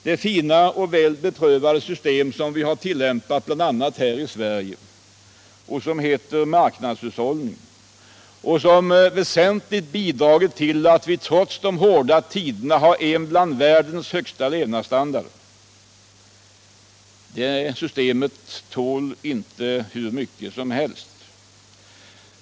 Det fina och väl beprövade system som vi har tillämpat bl.a. här i Sverige och som heter marknadshushållning — som väsentligt bidragit till att vi trots de hårda tiderna har en levnadsstandard som är bland de högsta i världen - tål inte hur mycket som helst.